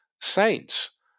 saints